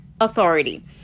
authority